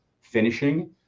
finishing